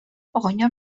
оҕонньор